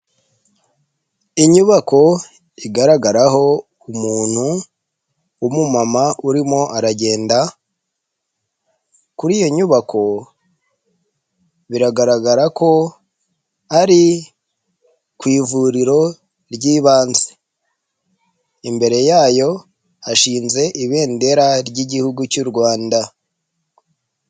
Inyubako igaragaraho umuntu w'umumama urimo aragenda. Kuri iyo nyubako biragaragara ko ari ku ivuriro ry'ibanze. Imbere yayo hashinze ibendera ry'Igihugu cy'u Rwanda